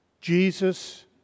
Jesus